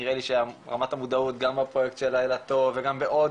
נראה לי שרמת המודעות גם הפרויקט של לילה טוב וגם בעוד